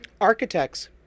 Architects